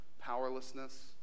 powerlessness